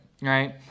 Right